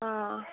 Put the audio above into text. ହଁ